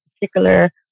particular